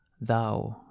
thou